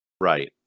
right